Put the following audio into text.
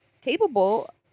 capable